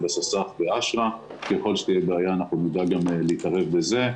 בסס"ח ואשרא ככל שתהיה בעיה אנחנו נדע להתערב גם בזה,